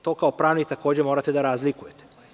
To vi kao pravnik takođe morate da razlikujete.